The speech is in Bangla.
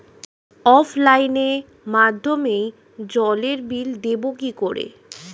অফলাইনে মাধ্যমেই জলের বিল দেবো কি করে?